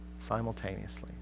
simultaneously